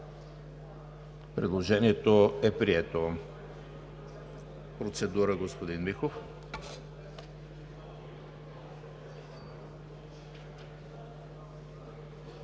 Предложението е прието. Процедура – господин Михов.